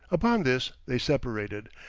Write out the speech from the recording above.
upon this they separated,